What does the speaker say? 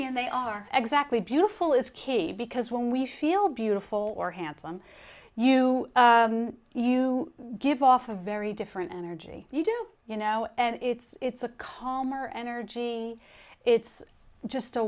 and they are exactly beautiful is key because when we feel beautiful or handsome you you give off a very different energy you do you know and it's it's a calmer energy it's just a